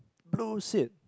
blue seat